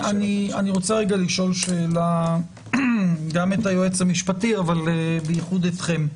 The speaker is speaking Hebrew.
אני רוצה רגע לשאול שאלה גם את היועץ המשפטי אבל בייחוד אתכם.